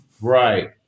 Right